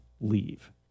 leave